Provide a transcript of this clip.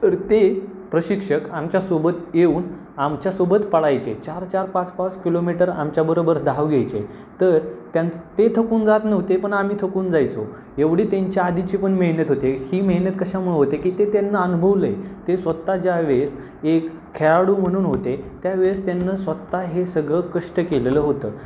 तर ते प्रशिक्षक आमच्यासोबत येऊन आमच्यासोबत पळायचे चार चार पाच पाच किलोमीटर आमच्याबरोबर धाव घ्यायचे तर त्यांचं ते थकून जात नव्हते पण आम्ही थकून जायचो एवढी त्यांच्या आधीची पण मेहनत होते ही मेहनत कशामुळे होते की ते त्यांना अनुभवलं आहे ते स्वतः ज्या वेळेस एक खेळाडू म्हणून होते त्यावेळेस त्यांना स्वतः हे सगळं कष्ट केलेलं होतं